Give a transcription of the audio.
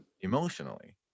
emotionally